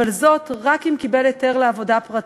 אבל זאת רק אם קיבל היתר לעבודה פרטית,